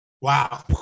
Wow